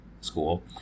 school